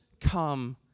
come